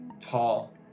tall